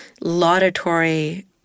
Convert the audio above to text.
laudatory